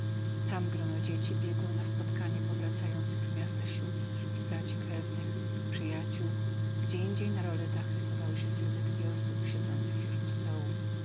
tam grono dzieci biegło na spotkanie powracających z miasta sióstr i braci krewnych przyjaciół gdzieindziej na roletach rysowały się sylwetki osób siedzących już